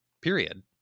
period